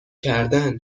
کردن